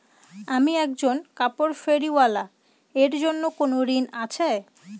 আমি একজন কাপড় ফেরীওয়ালা এর জন্য কোনো ঋণ আছে?